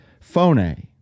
phone